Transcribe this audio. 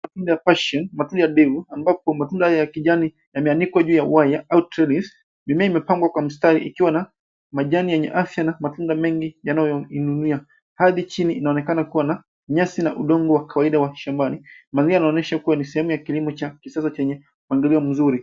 Matunda ya passion , matunda ya divu, ambapo matunda hayo ya kijani yameanikwa juu ya waya au trellis . Mimea imepangwa kwa mstari ikiwa na majani yenye afya na matunda mengi yanayoning'inia. Ardhi chini inaonekana kuwa na nyasi na udongo wa kawaida wa shambani. Mazingira inaonyesha kuwa ni sehemu ya kilimo cha kisasa chenye mpangilio mzuri.